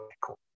Cool